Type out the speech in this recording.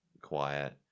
quiet